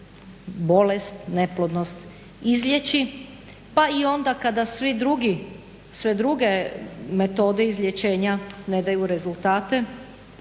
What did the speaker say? bolest, neplodnost izliječi, pa i onda kada svi drugi, sve druge metode izlječenja ne daju rezultate